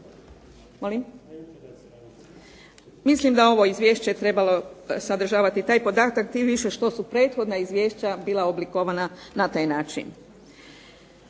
Mislim da je ovo izvješće trebalo sadržavati taj podatak, tim više što su prethodna izvješća bila oblikovana na taj način.